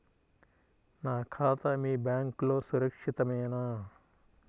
నా ఖాతా మీ బ్యాంక్లో సురక్షితమేనా?